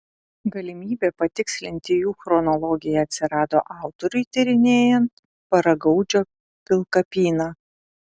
galimybė patikslinti jų chronologiją atsirado autoriui tyrinėjant paragaudžio pilkapyną